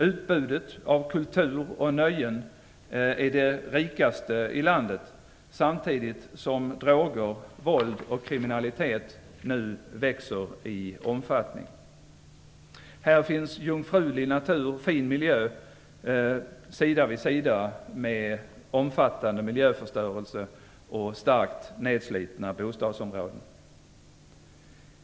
Utbudet av kultur och nöjen är det rikaste i landet samtidigt som droger, våld och kriminalitet nu växer i omfattning. Här finns jungfrulig natur och fin miljö sida vid sida med omfattande miljöförstörelse och starkt nedslitna bostadsområden.